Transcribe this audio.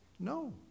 No